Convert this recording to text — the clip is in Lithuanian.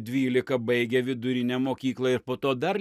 dvyliką baigia vidurinę mokyklą ir po to dar